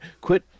quit